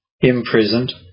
imprisoned